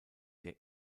der